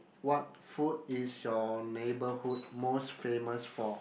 what food is your neighborhood most famous for